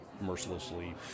mercilessly